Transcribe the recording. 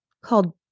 called